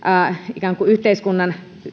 ikään kuin yhteiskunnan